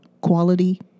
quality